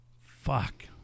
Fuck